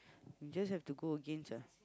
you just have to go again ah